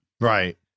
Right